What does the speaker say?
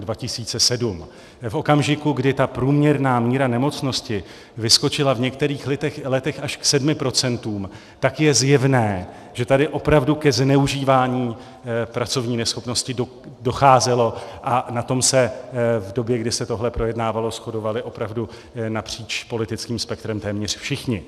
V okamžiku, kdy ta průměrná míra nemocnosti vyskočila v některých letech až k 7 %, tak je zjevné, že tady opravdu ke zneužívání pracovní neschopnosti docházelo, a na tom se v době, kdy se tohle projednávalo, shodovali opravdu napříč politickým spektrem téměř všichni.